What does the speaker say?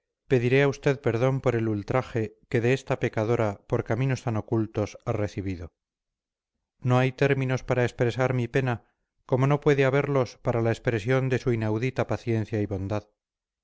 a usted perdón por el ultraje que de esta pecadora por caminos tan ocultos ha recibido no hay términos para expresar mi pena como no puede haberlos para la expresión de su inaudita paciencia y bondad